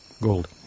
gold